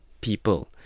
people